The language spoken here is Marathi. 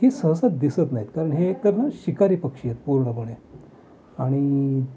ही सहसा दिसत नाहीत कारण हे एकतर ना शिकारी पक्षी आहेत पूर्णपणे आणि